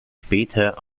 später